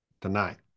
tonight